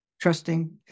trusting